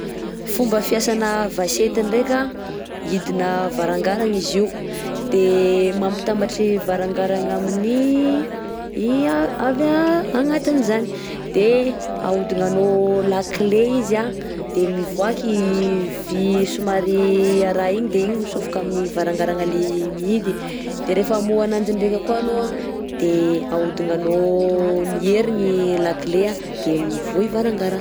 Fomba fiasana vachette ndreka idina varangaragna izy io, de mampitambatry varangaragna amin'ny avy agnatiny zany, de aodignanao lakile izy an de mivoaka i vy somary araha igny de igny mitsofoka amin'ny varangaragna le mihidy, de rehefa hamoa ananjy ndreka koà anao de aodignanao mierigna la clé de mivoha i varangaragna.